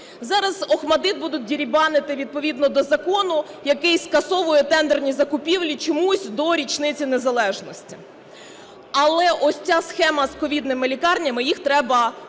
Зараз "ОХМАТДИТ" будуть дерибанити відповідно до закону, який скасовує тендерні закупівлі чомусь до річниці незалежності. Але ось ця схема з ковідними лікарнями, їх треба насправді